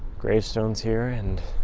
gravestones here and,